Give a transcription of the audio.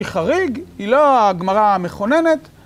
היא חריג, היא לא הגמרה המכוננת.